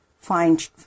find